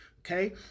okay